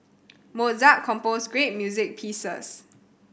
Mozart composed great music pieces